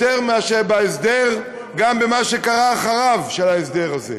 יותר מאשר בהסדר, גם במה שקרה אחרי ההסדר הזה.